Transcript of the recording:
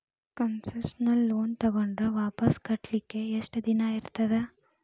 Concessional loan ತಗೊಂಡ್ರ್ ವಾಪಸ್ ಕಟ್ಲಿಕ್ಕೆ ಯೆಷ್ಟ್ ದಿನಾ ಇರ್ತದ?